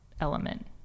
element